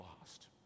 lost